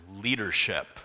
leadership